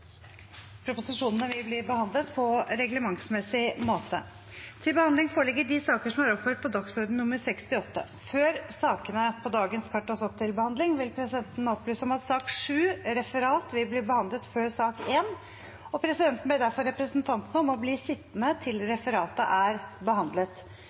Presidenten vil foreslå Svein Harberg og Heidi Greni. – Andre forslag foreligger ikke, og Svein Harberg og Heidi Greni anses enstemmig valgt som settepresidenter for denne ukens møter. Før sakene på dagens kart tas opp til behandling, vil presidenten opplyse om at sak nr. 7 – Referat – vil bli behandlet før sak nr. 1, og presidenten ber derfor representantene om å bli sittende